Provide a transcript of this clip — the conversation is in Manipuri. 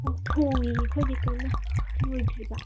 ꯑꯣ ꯊꯣꯡꯉꯤꯌꯦ ꯑꯩꯈꯣꯏꯗꯤ ꯀꯟꯅ ꯂꯣꯏꯗ꯭ꯔꯤꯕ